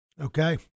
Okay